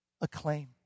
acclaim